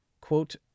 quote